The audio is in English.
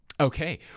Okay